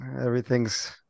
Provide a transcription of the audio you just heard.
everything's